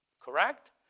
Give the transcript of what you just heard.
correct